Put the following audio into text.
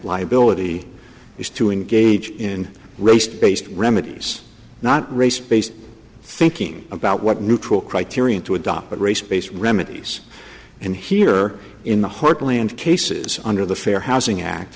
liability is to engage in race based remedies not race based thinking about what neutral criterion to adopt but race based remedies and here in the heartland cases under the fair housing act